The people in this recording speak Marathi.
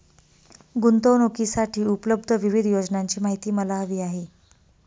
गुंतवणूकीसाठी उपलब्ध विविध योजनांची माहिती मला हवी आहे